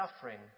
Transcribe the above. suffering